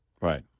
right